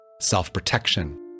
self-protection